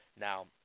now